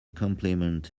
complement